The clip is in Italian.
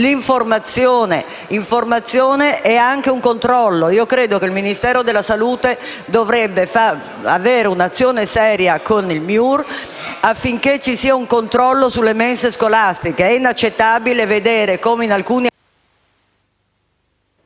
l'informazione e il controllo. Credo infatti che il Ministero della salute dovrebbe intraprendere un'azione seria con il MIUR affinché ci sia un controllo sulle mense scolastiche. È inaccettabile vedere come in alcuni asili